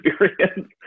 experience